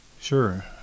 Sure